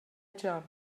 jump